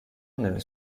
nelle